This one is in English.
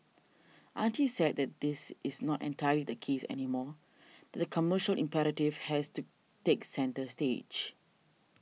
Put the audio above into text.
aren't you sad that that is not entirely the case anymore that the commercial imperative has to take centre stage